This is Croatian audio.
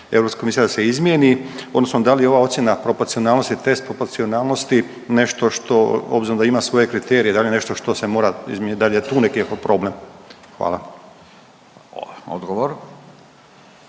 traži EK da se izmijeni odnosno da li je ova ocjena proporcionalnosti test proporcionalnosti nešto što, obzirom da ima svoje kriterije, da li je nešto što se mora .../nerazumljivo/... da li je tu neki problem? Hvala. **Radin,